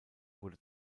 wurde